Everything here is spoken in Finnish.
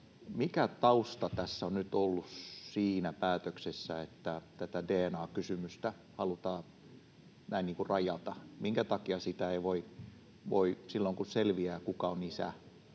mikä tausta tässä nyt on ollut siinä päätöksessä, että tätä DNA-kysymystä halutaan näin rajata. Minkä takia sitä ei voi silloin, kun selviää DNA:n